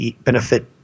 benefit